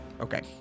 Okay